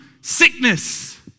sickness